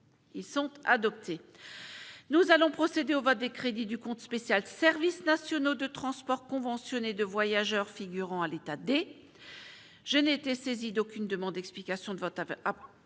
ils sont adoptés, nous allons procéder au vote des crédits du compte spécial services nationaux de transport conventionnés de voyageurs figurant à l'état D, je n'ai été saisi d'aucune demande d'explication de vote avant